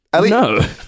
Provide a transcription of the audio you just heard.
No